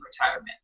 retirement